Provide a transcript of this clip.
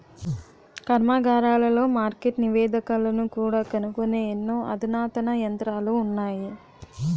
కర్మాగారాలలో మార్కెట్ నివేదికలను కూడా కనుగొనే ఎన్నో అధునాతన యంత్రాలు ఉన్నాయి